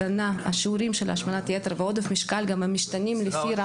שיעורי השמנת יתר ועודף משקל משתנים גם לפי רמה.